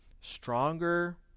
Stronger